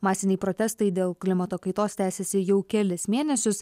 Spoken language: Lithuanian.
masiniai protestai dėl klimato kaitos tęsiasi jau kelis mėnesius